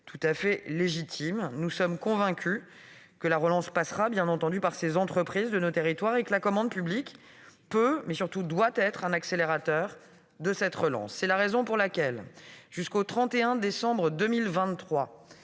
de proximité. Nous sommes convaincus que la relance passera par ces entreprises de nos territoires et que la commande publique peut, et surtout doit, être un accélérateur de la relance. C'est la raison pour laquelle, jusqu'au 31 décembre 2023,